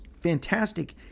fantastic